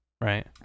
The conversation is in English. right